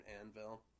Anvil